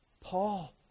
Paul